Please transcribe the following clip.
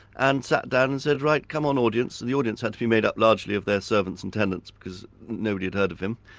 and sat down said, right, come on audience', and the audience had to be made up largely of their servants and tenants because nobody had heard of him,